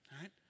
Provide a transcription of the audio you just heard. right